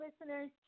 listeners